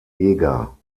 eger